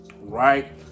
right